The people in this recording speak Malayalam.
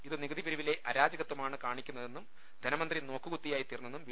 ഇത് നികുതി പിരിവിലെ അരാജകത്യമാണ് കാണിക്കുന്നതെന്നും ധനമന്ത്രി നോക്കുകുത്തിയായി തീർന്നെന്നും വി